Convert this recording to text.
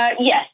Yes